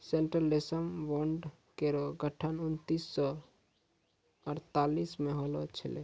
central रेशम board केरो गठन उन्नीस सौ अड़तालीस म होलो छलै